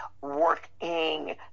working